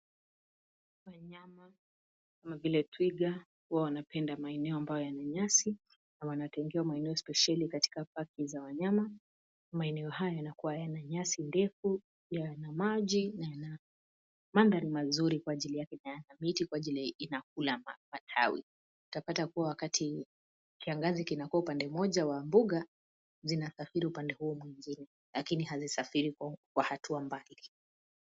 Wanyama kama vile twiga, huwa wanapenda maeneo ambayo yana nyasi na wanatengewa maeneo spesheli katika paki za wanyama. Maeneo haya yanakuwa yana nyasi ndefu pia, yana maji na yana mandhari mazuri kwa ajili ya dhana dhabiti kwa ajili inakula matawi. Utapata kuwa wakati kiangazi kinakuwa upande moja wa mbuga, zinasafiri upande huu mwingine lakini hazisafiri kwa hatua mbali.